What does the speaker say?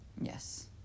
Yes